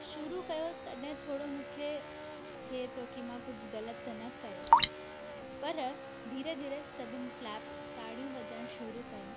शुरू कयो तॾहिं थोरो मूंखे थिए पियो की मां कुझु ग़लति त न कयो पर धीरे धीरे सभिनि क्लैप ताड़ियूं वॼाइणु शुरू कयूं